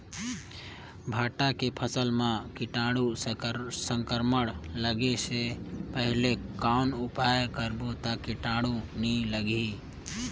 भांटा के फसल मां कीटाणु संक्रमण लगे से पहले कौन उपाय करबो ता कीटाणु नी लगही?